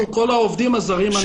כל העובדים הזרים,